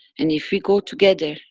and if we go together,